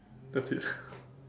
that's it